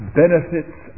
benefits